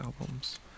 albums